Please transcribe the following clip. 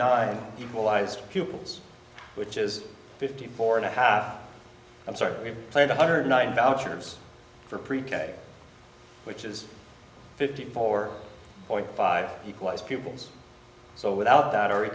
nine equalised pupils which is fifty four and a half i'm sorry we played one hundred nine dollars for pre k which is fifty four point five equalize pupils so without that